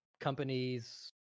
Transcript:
companies